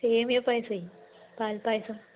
സേമിയ പായസം പാൽ പായസം